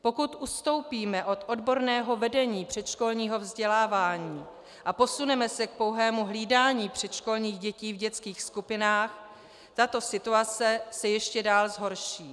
Pokud ustoupíme od odborného vedení předškolního vzdělávání a posuneme se k pouhému hlídání předškolních dětí v dětských skupinách, tato situace se ještě dál zhorší.